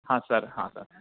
हा सर हा सर